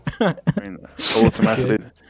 automatically